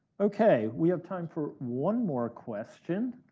okay, we have time for one more question.